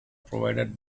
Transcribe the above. provided